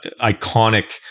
iconic